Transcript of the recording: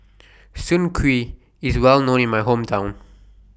Soon Kuih IS Well known in My Hometown